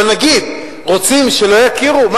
אבל נגיד רוצים שלא יכירו,